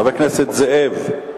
חבר הכנסת זאב,